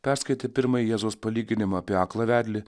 perskaitę pirmąjį jėzaus palyginimą apie aklą vedlį